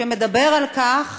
שמדבר על כך